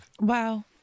Wow